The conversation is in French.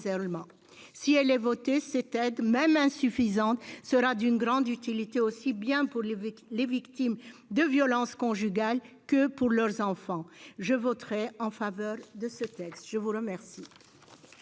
Si elle est votée, cette aide, même insuffisante, sera d'une grande utilité, aussi bien pour les victimes de violences conjugales que pour leurs enfants. Je voterai en faveur de ce texte. La parole